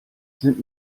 sind